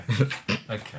okay